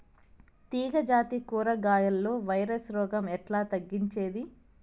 తీగ జాతి కూరగాయల్లో వైరస్ రోగం ఎట్లా తగ్గించేది?